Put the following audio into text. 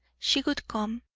she would come.